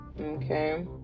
okay